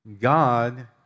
God